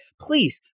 Please